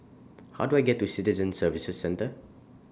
How Do I get to The Citizen Services Centre